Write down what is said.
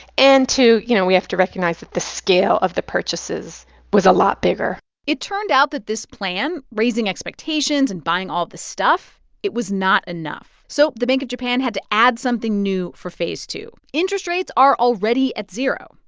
and too, you know, we have to recognize that the scale of the purchases was a lot bigger it turned out that this plan, raising expectations and buying all this stuff, it was not enough. so the bank of japan had to add something new for phase two. interest rates are already at zero.